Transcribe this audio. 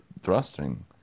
thrusting